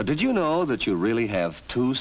but did you know that you really have to